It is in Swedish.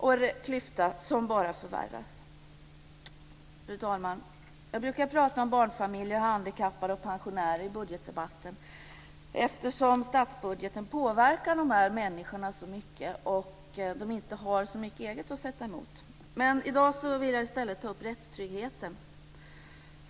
Fru talman! I budgetdebatterna brukar jag prata om barnfamiljer, handikappade och pensionärer eftersom statsbudgeten påverkar dessa människor så mycket och de inte har så mycket eget att sätta mot. I dag vill jag i stället ta upp rättstryggheten.